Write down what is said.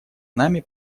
нами